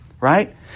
Right